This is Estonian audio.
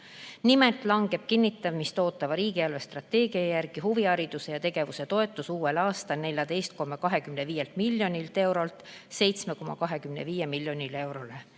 Nimelt langeb kinnitamist ootava riigi eelarvestrateegia järgi huvihariduse ja -tegevuse toetus uuel aastal 14,25 miljonilt eurolt 7,25 miljonile eurole.